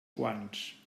quants